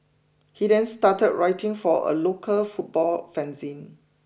he then started writing for a local football fanzine